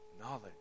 knowledge